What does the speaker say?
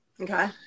Okay